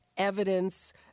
evidence